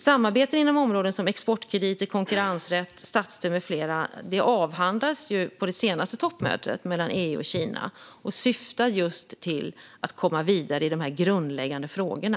Samarbeten inom områden som exportkrediter, konkurrensrätt, statsstöd med flera avhandlades på det senaste toppmötet mellan EU och Kina. Detta syftar just till att komma vidare i de grundläggande frågorna.